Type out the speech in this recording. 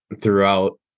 throughout